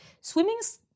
swimming's